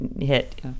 hit